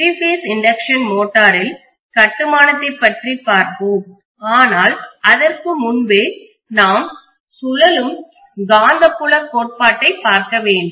three phase induction மோட்டரில் கட்டுமானத்தைப் பற்றி பார்ப்போம் ஆனால் அதற்கு முன்பே நாம் சுழலும் காந்தப்புலக் கோட்பாட்டைப் பார்க்க வேண்டும்